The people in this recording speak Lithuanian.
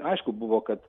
aišku buvo kad